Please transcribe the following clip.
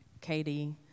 Katie